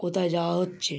কোথায় যাওয়া হচ্ছে